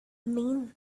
mean